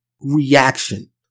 reaction